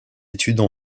études